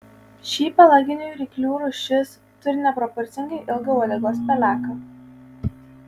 ši pelaginių ryklių rūšis turi neproporcingai ilgą uodegos peleką